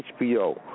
HBO